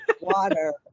Water